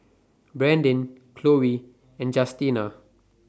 Brandin Khloe and Justina